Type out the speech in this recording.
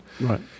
Right